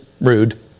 rude